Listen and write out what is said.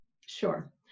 Sure